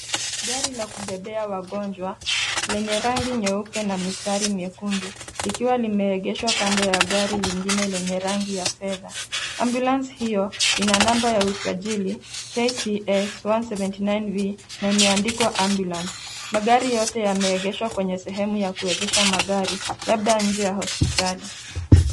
Gari la kubebea wagonjwa lenye rangi nyeupe na mistari miekundu likiwa limeegeshwa kando ya gari lingine lenye rangi ya fedha. Ambulance hiyo ina namba ya usajili KCA 179V na imeandikwa ambulance . Magari yote yameegeshwa kwenye sehemu ya kuegesha magari labda nje ya hospitali.